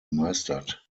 gemeistert